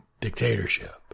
dictatorship